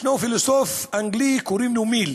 יש פילוסוף אנגלי שקוראים לו מיל.